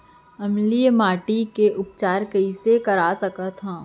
अम्लीय माटी के उपचार कइसे करवा सकत हव?